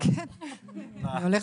הולך